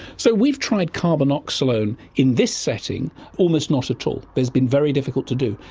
so we've tried carbenoxolone in this setting almost not at all, it has been very difficult to do.